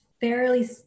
fairly